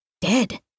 dead